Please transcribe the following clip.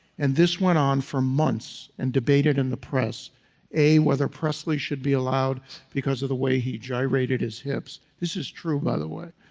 and this went on for months and debated in the press a, whether presley should be allowed because of the way he gyrated his hips. this is true by the way,